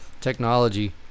technology